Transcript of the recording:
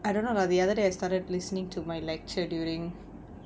I don't know lah the other day I started listening to my lecture during